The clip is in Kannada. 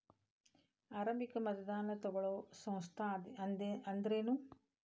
ಆರಂಭಿಕ್ ಮತದಾನಾ ತಗೋಳೋ ಸಂಸ್ಥಾ ಅಂದ್ರೇನು?